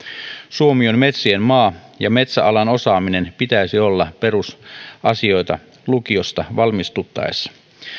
suomi on metsien maa ja metsäalan osaamisen pitäisi olla perusasioita lukiosta valmistuttaessa